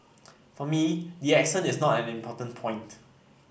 for me the accent is not an important point